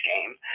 game